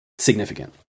significant